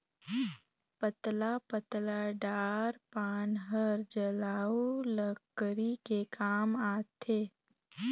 पतला पतला डार पान हर जलऊ लकरी के काम आथे